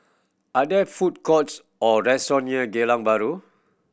are there food courts or restaurant near Geylang Bahru